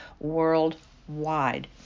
Worldwide